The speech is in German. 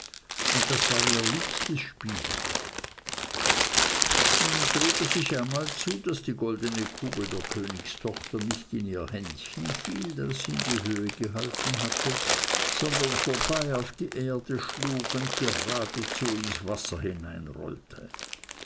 und das war ihr liebstes spielwerk nun trug es sich einmal zu daß die goldene kugel der königstochter nicht in ihr händchen fiel das sie in die höhe gehalten hatte sondern vorbei auf die erde schlug und geradezu ins wasser